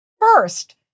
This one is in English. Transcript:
First